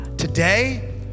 Today